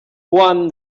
won